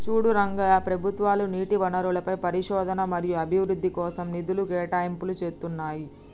చూడు రంగయ్య ప్రభుత్వాలు నీటి వనరులపై పరిశోధన మరియు అభివృద్ధి కోసం నిధులు కేటాయింపులు చేతున్నాయి